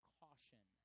caution